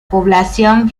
población